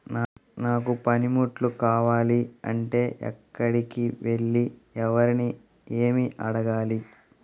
నాకు పనిముట్లు కావాలి అంటే ఎక్కడికి వెళ్లి ఎవరిని ఏమి అడగాలి?